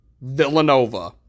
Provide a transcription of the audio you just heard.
Villanova